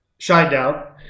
Shinedown